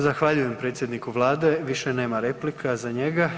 Zahvaljujem predsjedniku Vlade, više nema replika za njega.